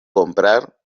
comprar